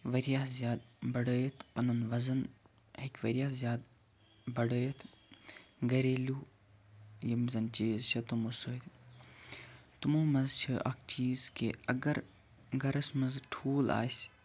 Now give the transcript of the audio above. واریاہ زیادٕ بَڑٲوِتھ پَنُن وَزَن ہیٚکہِ واریاہ زیادٕ بَڑٲوِتھ گَریلو یِم زَن چیٖز چھِ تِمو سۭتۍ تِمو مَنٛز چھُ اکھ چیٖز کہِ اَگَر گَرَس مَنٛز ٹھوٗل آسہِ